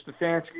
Stefanski